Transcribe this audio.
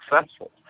successful